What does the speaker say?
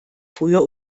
früher